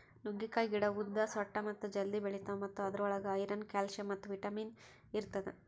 ನುಗ್ಗೆಕಾಯಿ ಗಿಡ ಉದ್ದ, ಸೊಟ್ಟ ಮತ್ತ ಜಲ್ದಿ ಬೆಳಿತಾವ್ ಮತ್ತ ಅದುರ್ ಒಳಗ್ ಐರನ್, ಕ್ಯಾಲ್ಸಿಯಂ ಮತ್ತ ವಿಟ್ಯಮಿನ್ ಇರ್ತದ